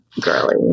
girly